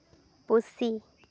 ᱯᱩᱥᱤ